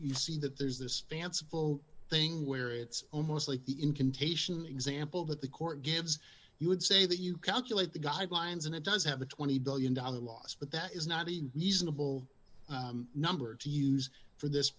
you see that there's this fanciful thing where it's almost like the in contagion example that the court gives you would say that you calculate the guidelines and it does have a twenty billion dollars loss but that is not a reasonable number to use for this